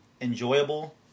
enjoyable